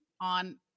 on